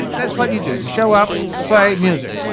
that's what you do. you show up. play music.